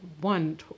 one